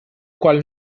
qual